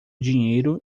dinheiro